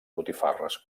botifarres